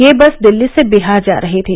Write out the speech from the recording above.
ये बस दिल्ली से बिहार जा रही थी